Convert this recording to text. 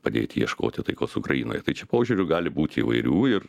padėti ieškoti taikos ukrainoje tai čia požiūrių gali būti įvairių ir